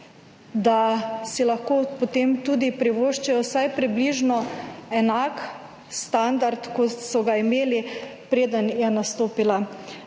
da si lahko potem tudi privoščijo vsaj približno enak standard, kot so ga imeli, preden je nastopila